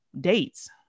dates